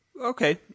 Okay